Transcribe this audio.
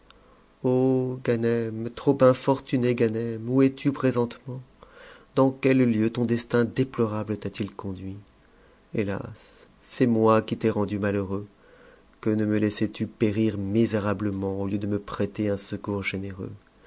ganem trop infortuné ganem où es-tu présentement dans quel lieu ton destin déplorable t'a-t-il conduit hélas c'est moi qui t'ai rendu malheureux que ne me laissais tu périr misérablement au lieu de me prêter un secours généreux